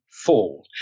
Fall